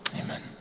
Amen